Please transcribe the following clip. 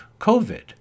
COVID